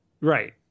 Right